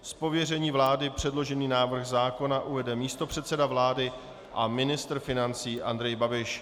Z pověření vlády předložený návrh zákona uvede místopředseda vlády a ministr financí Andrej Babiš.